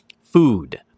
Food